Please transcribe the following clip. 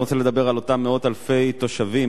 אני רוצה לדבר על אותם מאות אלפי תושבים,